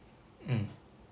mm